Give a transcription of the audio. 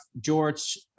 George